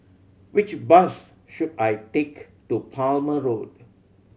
which bus should I take to Palmer Road